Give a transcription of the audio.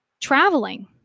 traveling